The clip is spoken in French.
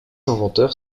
inventeurs